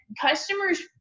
customers